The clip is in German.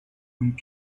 und